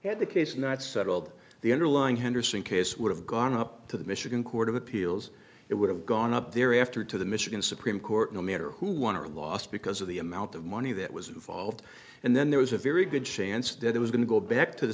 had the case not settled the underlying henderson case would have gone up to the michigan court of appeals it would have gone up there after to the michigan supreme court no matter who won or lost because of the amount of money that was filed and then there was a very good chance that it was going to go back to the